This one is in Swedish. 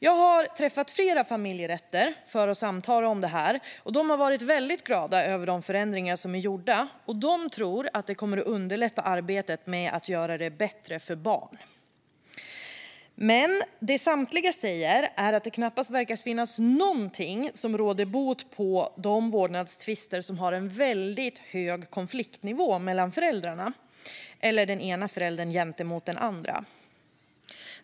Jag har träffat flera familjerätter för att samtala om detta, och de har varit väldigt glada över de förändringar som är gjorda. De tror att det kommer att underlätta arbetet med att göra det bättre för barn. Men det som samtliga säger är att det knappast verkar finnas någonting som råder bot på de vårdnadstvister som har en väldigt hög konfliktnivå mellan föräldrarna, den ena föräldern gentemot den andra.